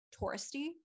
touristy